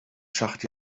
schacht